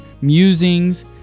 musings